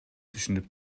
түшүнүп